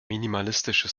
minimalistische